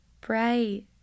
Bright